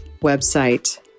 website